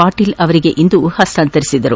ಪಾಟೀಲ್ ಅವರಿಗೆ ಇಂದು ಹಸ್ತಾಂತರಿಸಿದರು